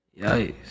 Yikes